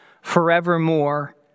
forevermore